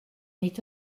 nid